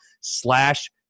slash